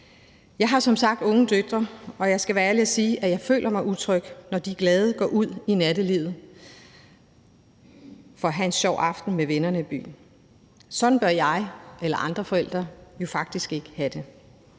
Jeg har som sagt unge døtre, og jeg skal være ærlig at sige, at jeg føler mig utryg, når de glade går ud i nattelivet for at have en sjov aften med vennerne i byen. Sådan bør jeg eller andre forældre jo faktisk ikke have det,